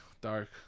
dark